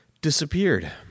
disappeared